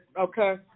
okay